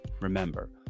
remember